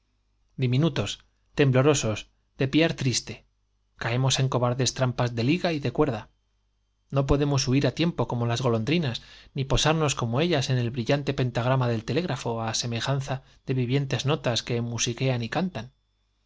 diminutos temblorosos de piar triste caemos en cobardes tram pas de liga y de cuerda no podemos huir á tiempo como las golondrinas ni posarnos como ellas en el brillante pentagrama del telégrafo á semejanza de vivientes notas que musiquean y cantan